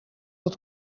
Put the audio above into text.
het